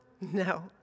No